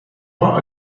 droit